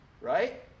Right